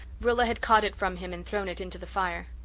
rilla had caught it from him and thrown it into the fire.